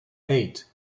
eight